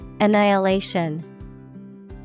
Annihilation